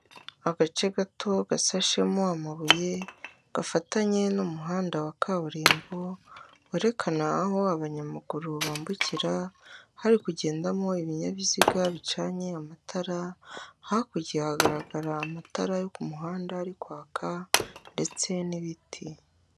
Agace gato gasashemo amabuye gafatanye n'umuhanda wa kaburimbo werekana aho abanyamaguru bambukira hari kugendamo ibinyabiziga bicanye amatara hakurya hagaragara amatara yo ku muhanda ari kwaka ndetse n'ibiti.